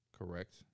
Correct